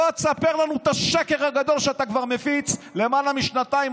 בוא תספר לנו את השקר הגדול שאתה כבר מפיץ למעלה משנתיים,